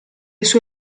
sue